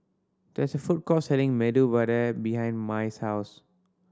there is a food court selling Medu Vada behind Mai's house